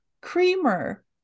creamer